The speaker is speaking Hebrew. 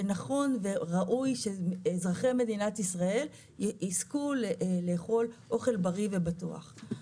נכון וראוי שאזרחי מדינת ישראל יזכו לאכול אוכל בריא ובטוח.